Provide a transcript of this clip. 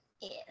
Yes